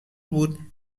بود